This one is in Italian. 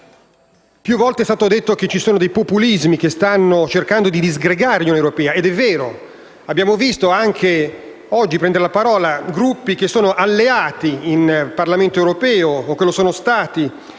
Più volte è stato detto che ci sono dei populismi che stanno cercando di disgregare l'Unione europea, ed è vero. Abbiamo visto anche oggi prendere la parola gruppi che sono alleati nel Parlamento europeo, o che lo sono stati,